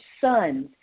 sons